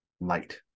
light